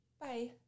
Bye